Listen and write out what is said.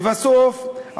לבסוף,